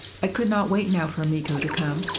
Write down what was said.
i could not wait now for miko to come.